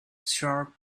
sharp